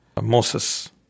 Moses